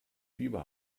fieber